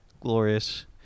glorious